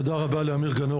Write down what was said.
תודה רבה לאמיר גנור